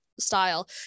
style